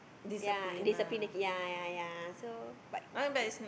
ya discipline the kid ya ya ya so but